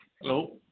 hello